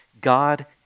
God